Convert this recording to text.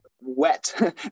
wet